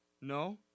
No